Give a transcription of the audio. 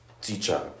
teacher